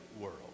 world